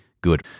good